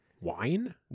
wine